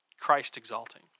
Christ-exalting